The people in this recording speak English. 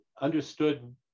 understood